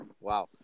wow